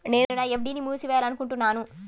నేను నా ఎఫ్.డీ ని మూసివేయాలనుకుంటున్నాను